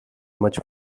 much